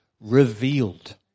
revealed